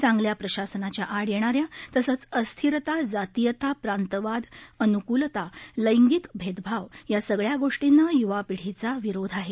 चांगल्या प्रशासनाच्या आड येणा या तसंच अस्थिरता जातियता प्रांतवाद अनुकूलता लेंगिक भेदभाव या सगळ्या गोष्टींना युवा पिढीचा विरोध आहे